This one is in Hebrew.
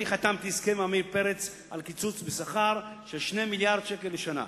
אני חתמתי על הסכם עם עמיר פרץ על קיצוץ בשכר של 2 מיליארדי שקל בשנה,